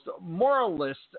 moralist